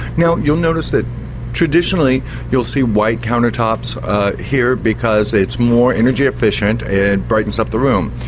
you know you'll notice that traditionally you'll see white countertops here, because it's more energy-efficient and brightens up the room.